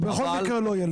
הוא בכל מקרה לא יהיה לבד.